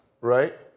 right